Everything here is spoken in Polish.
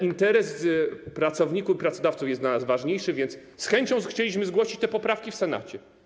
Interes pracowników i pracodawców jest dla nas ważniejszy, więc z chęcią chcieliśmy zgłosić te poprawki w Senacie.